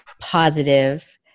positive